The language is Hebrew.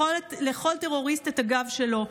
לכל טרוריסט יש את הגב שלו.